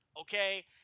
Okay